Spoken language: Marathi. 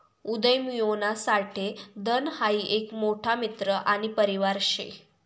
उदयमियोना साठे धन हाई एक मोठा मित्र आणि परिवार शे